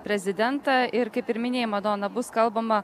prezidentą ir kaip ir minėjai madona bus kalbama